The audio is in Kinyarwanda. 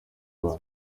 muntu